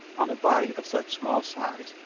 on a body of such small size,